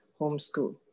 homeschool